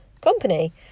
company